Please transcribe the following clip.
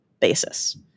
basis